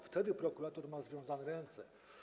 Wtedy prokurator ma związane ręce.